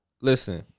Listen